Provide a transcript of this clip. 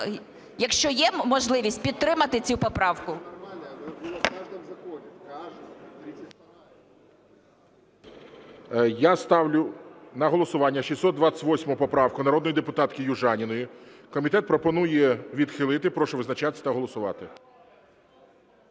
якщо є можливість, підтримати цю поправку. ГОЛОВУЮЧИЙ. Я ставлю на голосування 628 поправку народної депутатки Южаніної. Комітет пропонує відхилити. Прошу визначатися та голосувати.